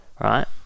right